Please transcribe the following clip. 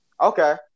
Okay